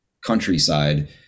countryside